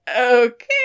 okay